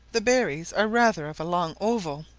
the berries are rather of a long oval,